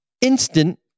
instant